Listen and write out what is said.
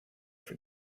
for